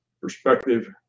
perspective